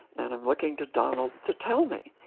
and i'm looking to donald to tell me.